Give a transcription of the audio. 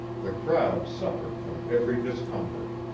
the crowd suffered from every discomfort.